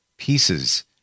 pieces